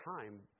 time